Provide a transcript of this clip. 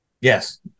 Yes